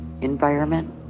environment